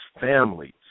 families